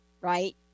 right